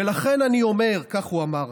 ולכן אני אומר" כך הוא אמר,